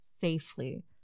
safely